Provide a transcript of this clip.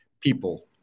people